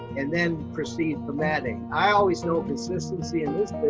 and then proceed from that end. i always know consistency in this